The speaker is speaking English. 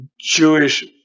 Jewish